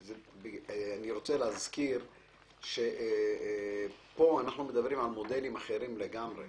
אני רוצה להזכיר שפה אנחנו מדברים על מודלים אחרים לגמרי.